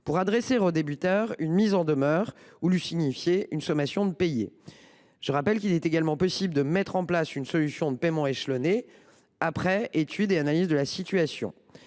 pour adresser au débiteur une mise en demeure ou lui signifier une sommation de payer. Il est également possible de mettre en place une solution de paiement échelonné après étude et analyse de la situation.